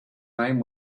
name